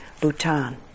Bhutan